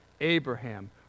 Abraham